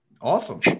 awesome